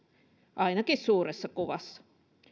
ainakin suuressa kuvassa